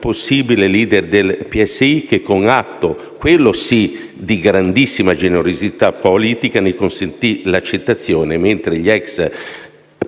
*leader* del PSI, che con un atto, quello sì, di grandissima generosità politica, ne consentì l'accettazione, mentre gli ex